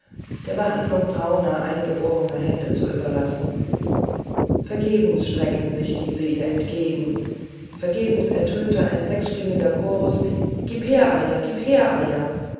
der behandlung brauner eingeborener hände zu überlassen vergebens streckten sich diese ihr entgegen vergebens ertönte ein sechsstimmiger chorus gib her ayah gib her